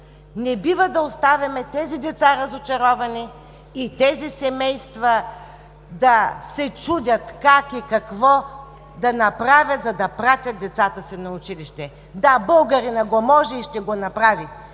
Не бива да оставяме тези деца разочаровани и тези семейства да се чудят как и какво да направят, за да изпратят децата си на училище. Да, българинът го може и ще го направи